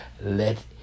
let